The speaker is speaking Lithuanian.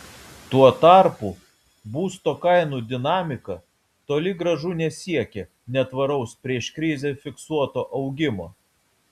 tuo tarpu būsto kainų dinamika toli gražu nesiekia netvaraus prieš krizę fiksuoto augimo